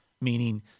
Meaning